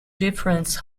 difference